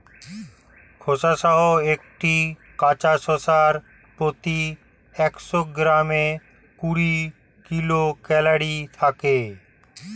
খোসাসহ একটি কাঁচা শসার প্রতি একশো গ্রামে কুড়ি কিলো ক্যালরি থাকে